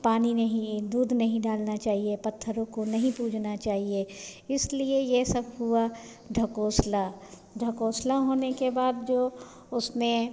पानी नहीं दूध नहीं डालना चाहिए पत्थरों को नहीं पूजना चाहिए इसलिए ये सब हुआ ढकोसला ढकोसला होने के बाद जो उसमें